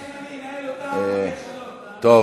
אם אני אנהל אותם כבר יהיה שלום, תאמין לי.